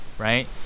right